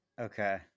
Okay